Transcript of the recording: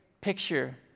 picture